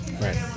Right